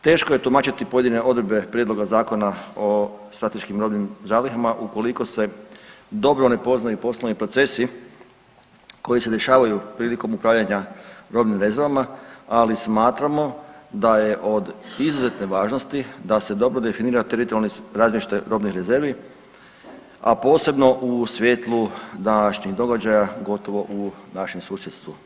Teško je tumačiti pojedine odredbe prijedloga Zakona o strateškim robnim zalihama ukoliko se dobro ne poznaju poslovni procesi koji se dešavaju prilikom upravljanja robnim rezervama, ali smatramo da je od izuzetne važnosti da se dobro definira teritorijalni razmještaj robnih rezervi, a posebno u svjetlu današnjih događaja gotovo u našem susjedstvu.